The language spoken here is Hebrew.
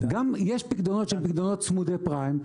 יש פיקדונות צמודי פריים,